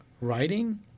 writing